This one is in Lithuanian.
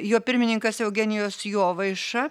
jo pirmininkas eugenijus jovaiša